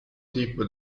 tipo